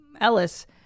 Ellis